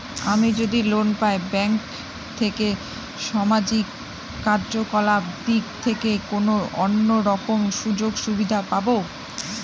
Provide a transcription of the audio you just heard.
আমি যদি লোন পাই ব্যাংক থেকে সামাজিক কার্যকলাপ দিক থেকে কোনো অন্য রকম সুযোগ সুবিধা পাবো?